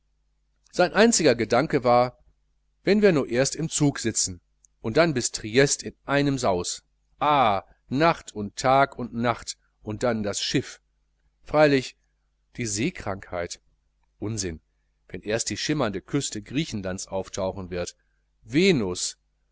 sein einziger gedanke war wenn wir nur erst im zuge sitzen und dann bis triest in einem saus ah nacht und tag und nacht und dann das schiff freilich die seekrankheit unsinn wenn erst die schimmernde küste griechenlands auftauchen wird venus